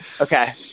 Okay